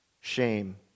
shame